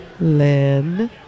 Lynn